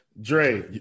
dre